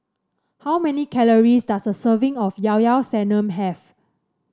how many calories does a serving of Llao Llao Sanum have